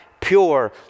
pure